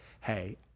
Hey